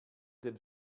den